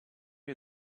you